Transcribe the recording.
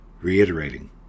reiterating